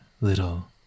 little